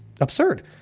absurd